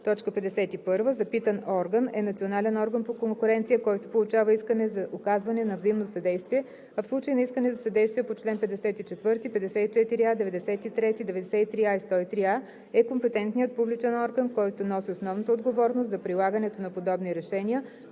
103а. 51. „Запитан орган“ е национален орган по конкуренция, който получава искане за оказване на взаимно съдействие, а в случай на искане за съдействие по чл. 54, 54а, 93, 93а и 103а – е компетентният публичен орган, който носи основната отговорност за прилагането на подобни решения